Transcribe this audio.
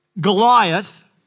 Goliath